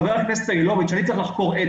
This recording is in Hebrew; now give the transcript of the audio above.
חבר הכנסת סגלוביץ' אני צריך לחקור עד